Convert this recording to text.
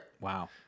Wow